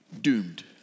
doomed